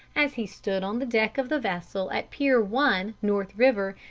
as he stood on the deck of the vessel at pier one, north river,